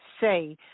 say